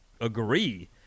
agree